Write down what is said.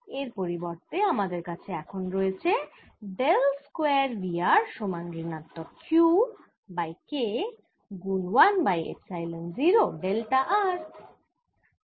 এর পরিবর্তে আমাদের কাছে এখন রয়েছে ডেল স্কয়ার V r সমান ঋণাত্মক Q বাই K গুন 1 বাই এপসাইলন 0 ডেল্টা r